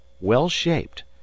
well-shaped